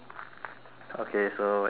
okay so anything else